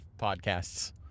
podcasts